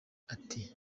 ati